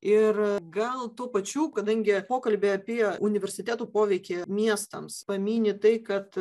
ir gal tuo pačiu kadangi pokalby apie universitetų poveikį miestams pamyni tai kad